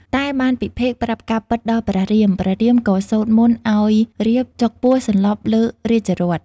តែ បានពិភេកប្រាប់ការពិតដល់ព្រះរាមៗក៏សូត្រមន្តឱ្យរាពណ៍ចុកពោះសន្លប់លើរាជរថ។